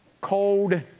cold